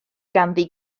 ganddi